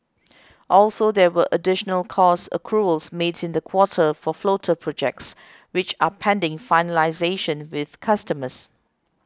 also there were additional cost accruals made in the quarter for floater projects which are pending finalisation with customers